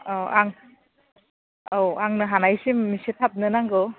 औ आं औ आंनो हानायसिम एसे थाबनो नांगौ